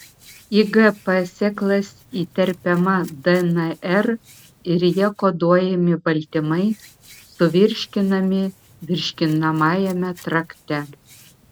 į gp sėklas įterpiama dnr ir ja koduojami baltymai suvirškinami virškinamajame trakte